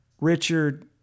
Richard